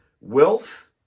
wealth